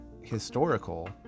historical